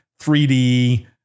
3D